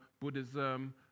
Buddhism